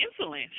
insulin